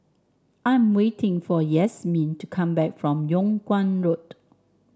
I'm waiting for Yasmeen to come back from Yung Kuang Road